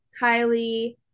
Kylie